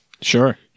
Sure